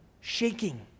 shaking